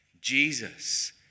Jesus